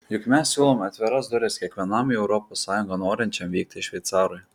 juk mes siūlome atviras duris kiekvienam į europos sąjungą norinčiam vykti šveicarui